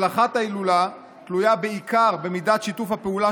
הצלחת ההילולה תלויה בעיקר במידת שיתוף הפעולה